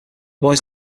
boys